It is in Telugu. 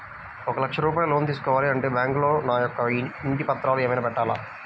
ఒక లక్ష రూపాయలు లోన్ తీసుకోవాలి అంటే బ్యాంకులో నా యొక్క ఇంటి పత్రాలు ఏమైనా పెట్టాలా?